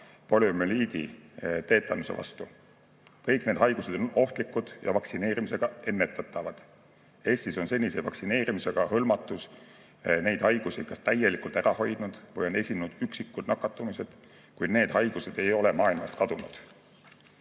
poliomüeliidi ja teetanuse vastu. Kõik need haigused on ohtlikud ja vaktsineerimisega ennetatavad. Eestis on senine vaktsineerimisega hõlmatus neid haigusi kas täielikult ära hoidnud või on esinenud üksikud nakatumised. Kuid need haigused ei ole maailmast kadunud